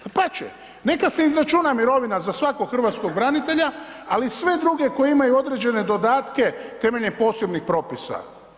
Dapače, neka se izračuna mirovina za svakog hrvatskog branitelja ali i sve druge koji imaju određene dodatke temeljem posebnih propisa.